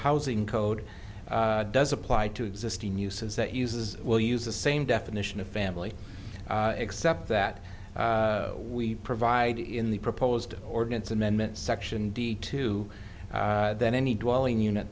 housing code does apply to existing uses that uses will use the same definition of family except that we provide in the proposed ordinance amendment section d to then any dwelling unit